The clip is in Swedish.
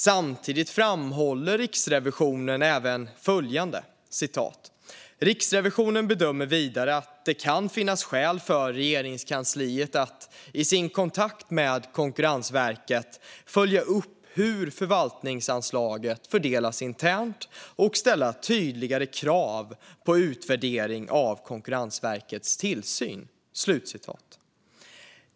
Samtidigt framhåller Riksrevisionen även följande: "Riksrevisionen bedömer vidare att det kan finnas skäl för Regeringskansliet att i sin kontakt med Konkurrensverket följa upp hur förvaltningsanslaget fördelas internt och ställa tydligare krav på utvärdering av Konkurrensverkets tillsyn."